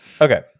Okay